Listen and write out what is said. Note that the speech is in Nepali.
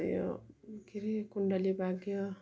यो के हरे कुण्डली भाग्य